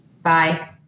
Bye